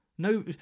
No